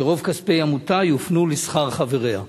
שרוב כספי עמותה יופנו לשכר חבריה?